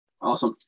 Awesome